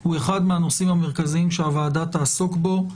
הוא אחד מהנושאים המרכזיים שהוועדה תעסוק בו,